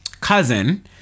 cousin